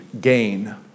gain